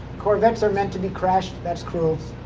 corvettes are meant to be crashed. that's cruel.